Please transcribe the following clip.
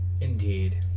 Indeed